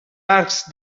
arcs